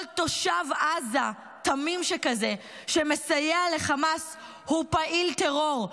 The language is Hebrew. כל תושב עזה תמים שכזה שמסייע לחמאס הוא פעיל טרור,